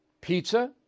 pizza